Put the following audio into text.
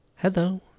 hello